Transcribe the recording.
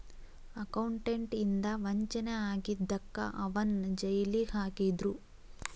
accountant ಇಂದಾ ವಂಚನೆ ಆಗಿದಕ್ಕ ಅವನ್ನ್ ಜೈಲಿಗ್ ಹಾಕಿದ್ರು